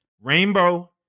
Rainbow